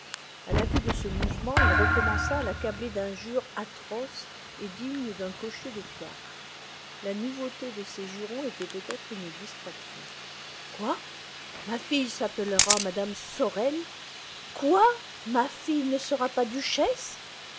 a la vue de ce mouvement il recommença à l'accabler d'injures atroces et dignes d'un cocher de fiacre la nouveauté de ces jurons était peut-être une distraction quoi ma fille s'appellera mme sorel quoi ma fille ne sera pas duchesse